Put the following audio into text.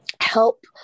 help